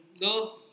No